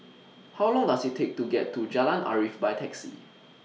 How Long Does IT Take to get to Jalan Arif By Taxi